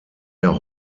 der